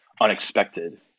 unexpected